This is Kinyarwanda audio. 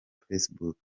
facebook